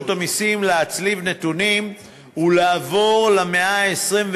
המסים להצליב נתונים ולעבור למאה ה-21,